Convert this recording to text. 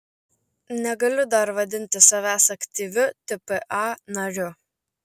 negaliu dar vadinti savęs aktyviu tpa nariu